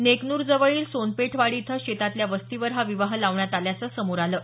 नेकनूर जवळील सोनपेठवाडी इथं शेतातल्या वस्तीवर हा विवाह लावण्यात आल्याचं समोर आलं आहे